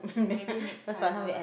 maybe next time ah